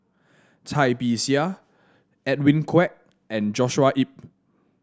Cai Bixia Edwin Koek and Joshua Ip